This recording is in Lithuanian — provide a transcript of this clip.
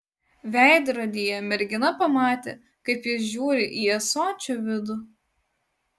veidrodyje mergina pamatė kaip jis žiūri į ąsočio vidų